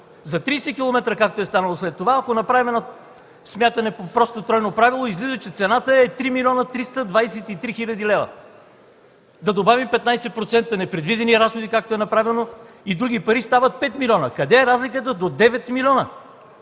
За 30 км, както е станало след това, ако направим смятане по простото тройно правило, излиза, че цената е 3 млн. 323 хил. лв. Да добавим 15% непредвидени разходи, както е направено, и други пари – става 5 милиона. Къде е разликата до 9 млн.?!